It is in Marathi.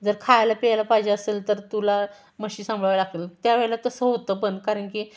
जर खायला प्यायला पाहिजे असेल तर तुला म्हशी लागतील त्यावेळेला तसं होतं पण कारण की